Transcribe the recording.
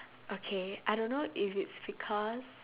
okay I don't know if it's because